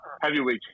heavyweight